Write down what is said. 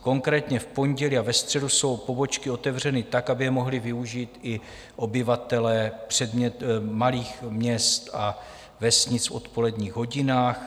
Konkrétně v pondělí a ve středu jsou pobočky otevřeny tak, aby je mohli využít i obyvatelé malých měst a vesnic v odpoledních hodinách.